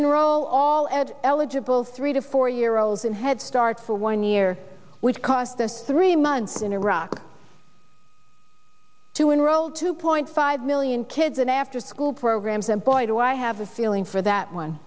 enroll all ed eligible three to four year olds in headstart for one year which cost us three months in iraq to enroll two point five million kids in afterschool programs and boy do i have a feeling for that one